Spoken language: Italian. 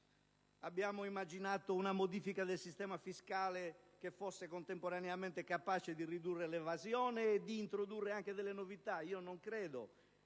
come pure una modifica del sistema fiscale che fosse contemporaneamente capace di ridurre l'evasione e di introdurre delle novità. Non credo